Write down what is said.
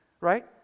right